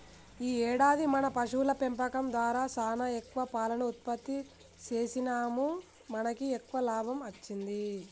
ఈ ఏడాది మన పశువుల పెంపకం దారా సానా ఎక్కువ పాలను ఉత్పత్తి సేసినాముమనకి ఎక్కువ లాభం అచ్చింది